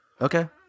Okay